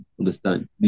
Understand